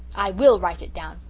i will write it down.